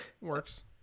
Works